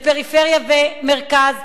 לפריפריה ומרכז,